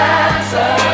answer